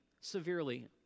severely